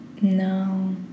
No